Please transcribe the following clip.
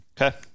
Okay